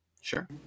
Sure